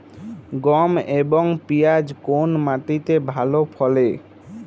গম এবং পিয়াজ কোন মাটি তে ভালো ফলে?